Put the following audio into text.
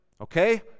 Okay